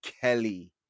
Kelly